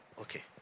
Okay